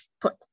put